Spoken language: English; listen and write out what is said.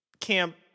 Camp